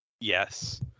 Yes